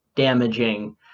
damaging